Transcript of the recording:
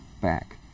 back